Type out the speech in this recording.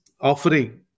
offering